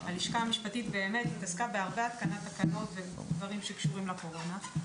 הלשכה המשפטית התעסקה בהרבה התקנת תקנות ודברים שקשורים לקורונה,